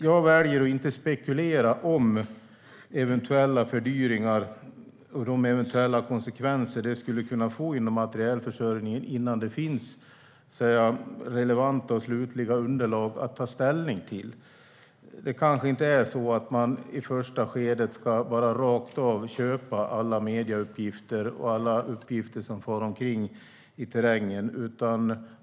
Jag väljer att inte spekulera i eventuella fördyringar och de eventuella konsekvenser det skulle kunna få inom materielförsörjningen innan det finns relevanta och slutliga underlag att ta ställning till. Det kanske inte är så att man i första skedet bara rakt av ska köpa alla medieuppgifter och alla uppgifter som far omkring i terrängen.